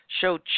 show